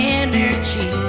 energy